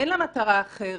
אין לה מטרה אחרת.